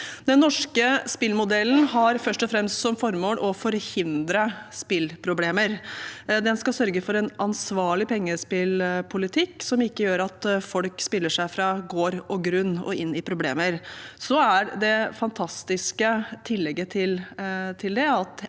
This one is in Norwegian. Den norske spillmodellen har først og fremst som formål å forhindre spillproblemer. Den skal sørge for en ansvarlig pengespillpolitikk, som gjør at folk ikke spiller seg fra gård og grunn og inn i problemer. Det fantastiske tillegget til det er